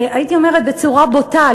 הייתי אומרת בצורה בוטה,